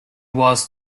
was